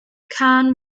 cân